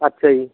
ਅੱਛਾ ਜੀ